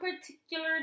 particular